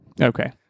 Okay